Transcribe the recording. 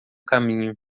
caminho